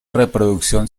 reproducción